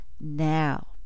now